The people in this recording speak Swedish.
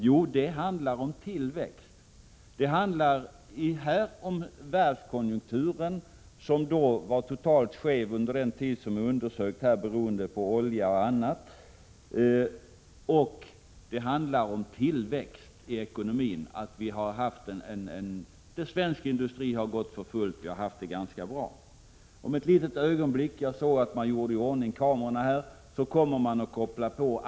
Jo, det handlar om världskonjunkturen, som var totalt skev under den tid som berörs i LO-rapporten — beroende på oljepriser och annat. Och det handlar om tillväxt i ekonomin. Svensk industri har gått för fullt. Vi har haft det ganska bra. Jag såg att man gjorde i ordning kamerorna för att följa den kommande debatten. Om ett litet ögonblick kommer dessa att kopplas på.